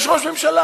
יש ראש ממשלה.